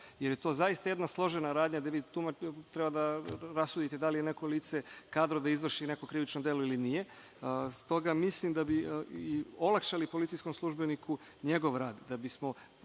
jer je to zaista jedna složena radnja gde vi tu treba da rasudite da li je neko lice kadro da izvrši neko krivično delo ili nije. Stoga mislim da bi i olakšali policijskom službeniku njegov rad,